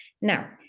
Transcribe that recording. Now